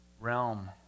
realm